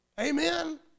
Amen